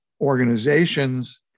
organizations